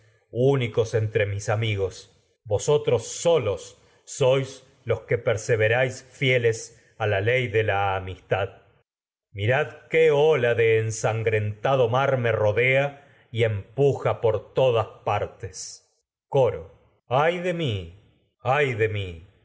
únicos mis amigos vosotros solos la sois los que perseveráis fieles a ley de la amistad me mirad qué ola por de ensangrentado mar rodea y empuja todas partes tragedias de sófocles coro ay de mi de cómo